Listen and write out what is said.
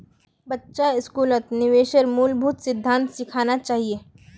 बच्चा स्कूलत निवेशेर मूलभूत सिद्धांत सिखाना चाहिए